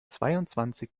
zweiundzwanzig